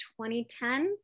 2010